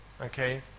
okay